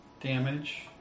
damage